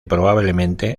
probablemente